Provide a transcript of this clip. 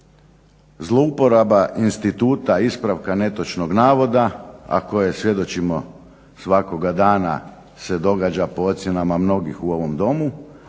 zlouporaba instituta ispravka netočnog navoda, ako je svjedočimo svakoga dana se događa po ocjenama mnogih u ovom domu